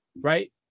Right